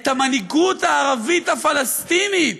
את המנהיגות הערבית הפלסטינית".